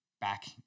back